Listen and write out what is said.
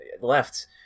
left